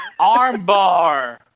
Armbar